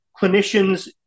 clinicians